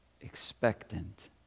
expectant